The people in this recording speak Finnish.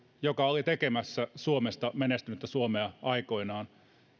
joka oli tekemässä suomesta menestynyttä suomea aikoinaan